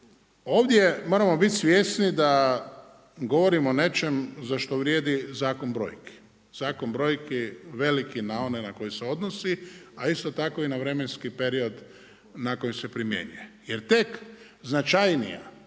ovdje moramo biti svjesni da govorimo o nečemu za što vrijedi zakon brojki. Zakon brojki veliki na onaj na koji se odnosi a isto tako i na vremenski period na koji se primjenjuje. Jer tek značajnija